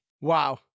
Wow